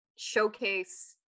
Showcase